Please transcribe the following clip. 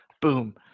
boom